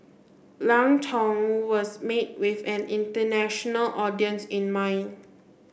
Lang Tong was made with an international audience in mind